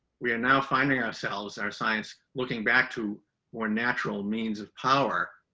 we are now finding ourselves, our science looking back to more natural means of power,